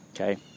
okay